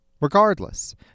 Regardless